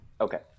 okay